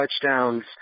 touchdowns